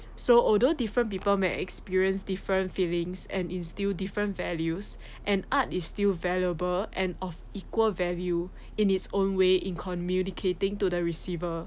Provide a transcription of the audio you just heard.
so although different people may experience different feelings and instill different values an art is still valuable and of equal value in his own way in communicating to the receiver